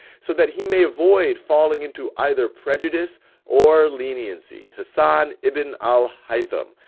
so that he may avoid falling into either prejudice or leniency. hasan ibn al-haytham,